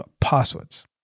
passwords